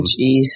jeez